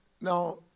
Now